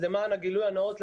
למען הגילוי הנאות,